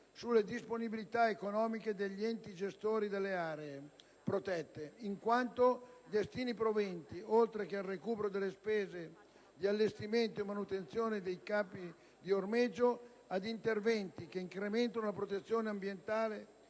sulle disponibilità economiche degli enti gestori delle aree protette, in quanto destina i proventi, oltre che al recupero delle spese di allestimento e manutenzione dei campi di ormeggio, ad interventi che incrementano la protezione ambientale